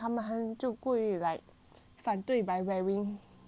反对 by wearing because they were forced to wear [what]